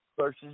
versus